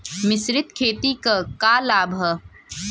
मिश्रित खेती क का लाभ ह?